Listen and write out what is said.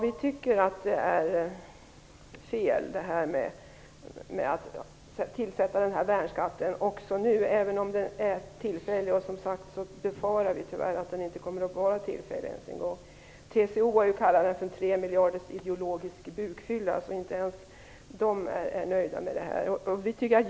Vi tycker att det är fel att införa värnskatten också nu, även om den är tillfällig. Som sagt befarar vi tyvärr att den inte ens kommer att bli tillfällig. TCO har ju kallat den för tre miljarders ideologisk bukfylla, så inte ens där är man nöjd med detta.